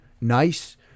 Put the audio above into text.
Nice